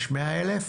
יש 100,000,